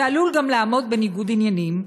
ועלול גם לעמוד בניגוד עניינים.